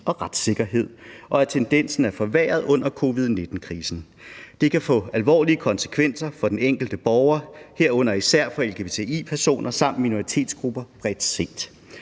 og retssikkerhed, og at tendensen er forværret under covid-19-krisen. Det kan få alvorlige konsekvenser for den enkelte borger – herunder især for LGBTI-personer samt minoritetsgrupper bredt set.